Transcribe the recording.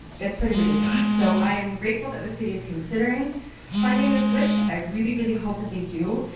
it's pretty ridiculous. so i'm grateful that the city is considering funding the switch, i really really hope that they do,